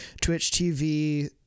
twitch.tv